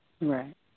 Right